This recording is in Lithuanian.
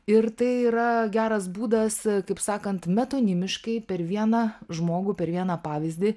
ir tai yra geras būdas kaip sakant metonimiškai per vieną žmogų per vieną pavyzdį